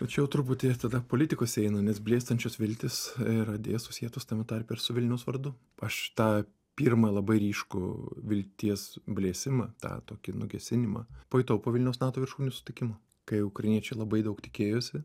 tačiau truputį tada politikos eina nes blėstančios viltys yra deja susietos tame tarpe ir su vilniaus vardu aš tą pirmą labai ryškų vilties blėsimą tą tokį nugesinimą pajutau po vilniaus nato viršūnių susitikimo kai ukrainiečiai labai daug tikėjosi